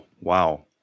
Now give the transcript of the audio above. Wow